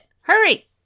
Hurry